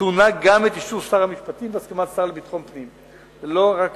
טעונה גם את אישור שר המשפטים והסכמת השר לביטחון הפנים" לא רק